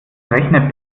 rechnet